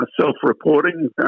self-reporting